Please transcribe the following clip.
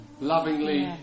lovingly